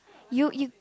you you